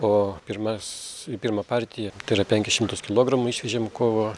o pirmas į pirmą partiją tai yra penkis šimtus kilogramų išvežėm kovo